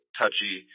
touchy